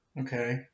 Okay